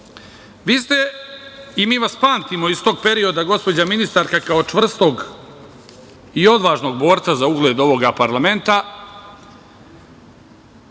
ste, i mi vas pamtimo iz tog perioda, gospođo ministarka, kao čvrstog i odvažnog borca za ugled ovog parlamenta